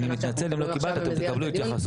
אני מתנצל אם לא קיבלתם ואתם תקבלו התייחסות.